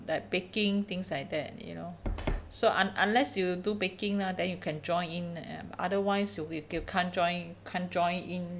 like baking things like that you know so un~ unless you do baking lah then you can join in uh otherwise you you you can't join can't join in